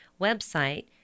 website